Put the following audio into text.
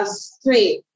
straight